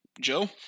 Joe